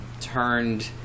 turned